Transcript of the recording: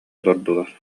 олордулар